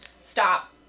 stop